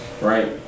right